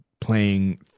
playing